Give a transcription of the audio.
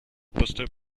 пустой